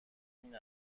این